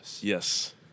yes